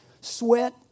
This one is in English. Sweat